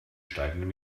steigenden